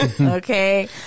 Okay